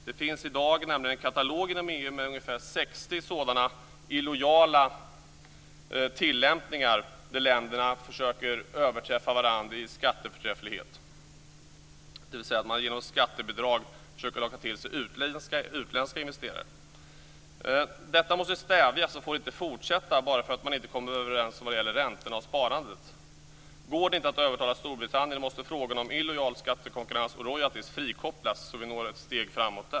Det finns nämligen i dag en katalog inom EU med ungefär 60 sådana illojala tillämpningar där länderna försöker överträffa varandra i skatteförträfflighet, dvs. att man genom skattebidrag försöker locka till sig utländska investerare. Detta måste stävjas och får inte fortsätta bara därför att man inte kommer överens om räntorna och sparandet. Går det inte att övertala Storbritannien måste frågor om illojal skattekonkurrens och royalty frikopplas så att vi där når ett steg framåt.